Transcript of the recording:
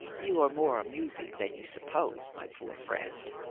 you are more amusing than you suppose, my poor friend.